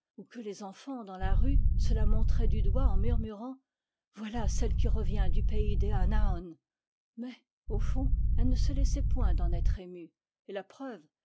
ou que les enfants dans la rue se la montraient du doigt en murmurant voilà celle qui revient du pays des anaônl mais au fond elle ne laissait point d'en être émue et la preuve